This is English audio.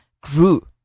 grew